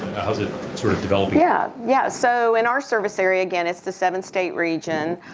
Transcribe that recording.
how's it sort of developing? yeah yeah. so in our service area, again it's the seven state region,